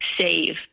save